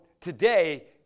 today